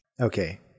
Okay